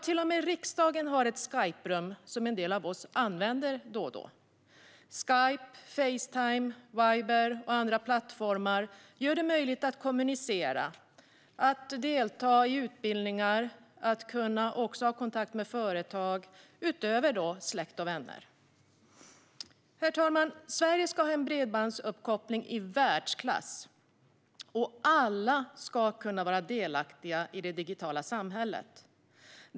Till och med riksdagen har ett Skyperum, som en del av oss använder då och då. Skype, Facetime, Viber och andra plattformar gör det möjligt att kommunicera, att delta i utbildningar och att ha kontakt med företag, utöver släkt och vänner. Herr talman! Sverige ska ha en bredbandsuppkoppling i världsklass, och alla ska kunna vara delaktiga i det digitala samhället.